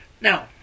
Now